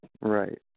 right